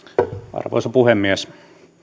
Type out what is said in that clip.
arvoisa puhemies